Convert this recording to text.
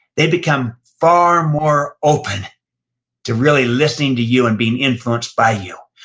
they become far more open to really listening to you and being influenced by you.